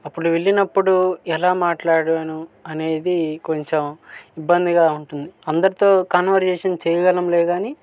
అప్పుడు వెళ్ళినప్పుడు ఎలా మాట్లాడాను అనేది కొంచెం ఇబ్బందిగా ఉంటుంది అందరితో కాన్వర్జేషన్ చేయగలంలే కాని